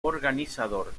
organizador